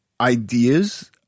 ideas